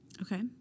Okay